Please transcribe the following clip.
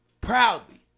Proudly